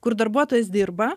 kur darbuotojas dirba